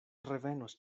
revenos